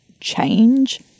change